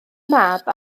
mab